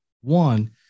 One